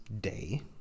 day